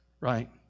Right